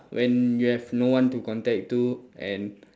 when you have no one to contact to and